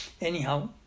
Anyhow